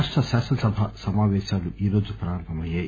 రాష్ట శాసనసభ సమాపేశాలు ఈరోజు ప్రారంభమయ్యాయి